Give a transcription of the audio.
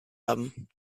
haben